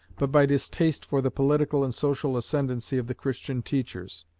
but by distaste for the political and social ascendancy of the christian teachers.